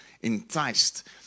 enticed